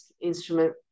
instrument